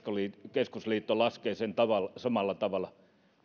keskusliitto laskee sen samalla tavalla